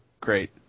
great